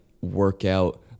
workout